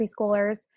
preschoolers